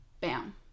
bam